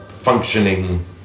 functioning